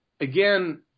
Again